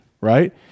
right